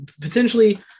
potentially